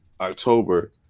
October